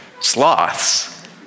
sloths